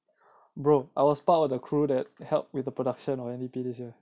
bro I was part of the crew that help with the production of N_D_P this year